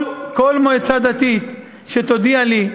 כל מועצה דתית שתודיע לי,